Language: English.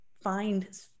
find